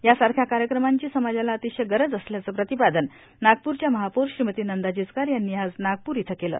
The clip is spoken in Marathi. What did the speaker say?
यासारख्या कार्यक्रमांची समाजाला अतिशय गरज असल्याचं प्रतिपादन नागपूरच्या महापौर श्रीमती नंदा जिचकार यांनी आज नागपूर इथं केलं